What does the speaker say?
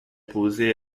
posée